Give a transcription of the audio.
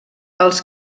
els